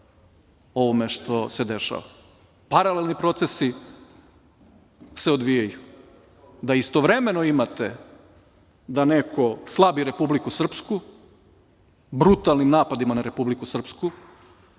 ovome što se dešava. Paralelni procesi se odvijaju. Istovremeno imate da neko slabi Republiku Srpsku, brutalnim napadima na Republiku Srpsku,